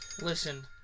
Listen